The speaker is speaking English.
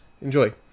Enjoy